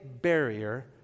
barrier